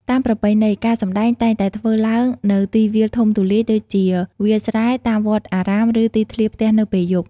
តាមប្រពៃណី ការសម្តែងតែងតែធ្វើឡើងនៅទីវាលធំទូលាយ ដូចជា វាលស្រែ តាមវត្តអារាម ឬទីធ្លាផ្ទះនៅពេលយប់។